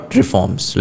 reforms